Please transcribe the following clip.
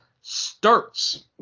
starts